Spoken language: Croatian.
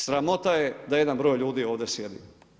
Sramota je da jedan broj ljudi ovdje sjedi.